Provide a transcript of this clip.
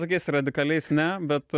tokiais radikaliais ne bet